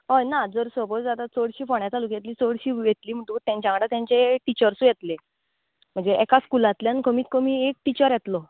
हय ना जर सपोज आतां चडशीं फोण्यां तालुक्यातलीं चडशीं येतलीं म्हणटकच तेंच्या वांगडा तेंचे टिचर्सूय येत्ले म्हणजे एका स्कुलांतल्यान कमीत कमी एक टिचर येतलो